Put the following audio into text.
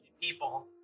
people